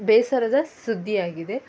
ಬೇಸರದ ಸುದ್ದಿಯಾಗಿದೆ